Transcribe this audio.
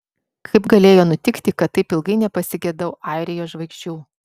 kaip galėjo nutikti kad taip ilgai nepasigedau airijos žvaigždžių